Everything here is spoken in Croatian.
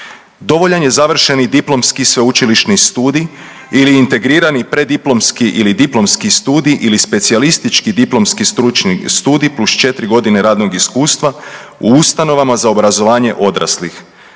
dovoljan je završeni diplomski sveučilišni studij ili integrirani preddiplomski ili diplomski studij ili specijalistički diplomski stručni studij plus 4.g. radnog iskustva u ustanovama za obrazovanje odraslih,